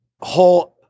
whole